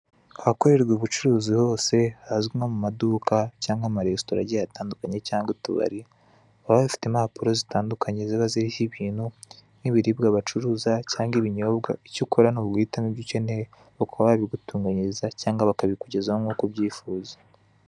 Ahakorerwa ubucuruzi hose hazwi nko mu maduka cyangwa amaresitora agiye atandukanye, cyangwa utubari, baba bafite impapuro zitandukanye ziba ziriho ibintu, nk'ibiribwa bacuruza cyangwa ibinyobwa, icyo ukora ni uguhitamo ibyo ukeneye bakaba babigutunganyiriza cyangwa bakabikugezaho nk'uko ubyifuza.